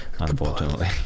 unfortunately